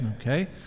okay